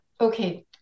okay